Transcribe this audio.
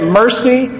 mercy